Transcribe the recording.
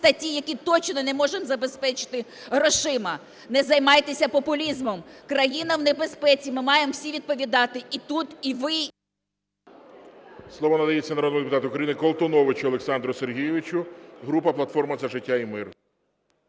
які точно не можемо забезпечити грошима? Не займайтеся популізмом! Країна в небезпеці, ми маємо всі відповідати, і тут, і ви… ГОЛОВУЮЧИЙ. Слово надається народному депутату України Колтуновичу Олександру Сергійовичу, група "Платформа за життя та мир".